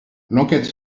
l’enquête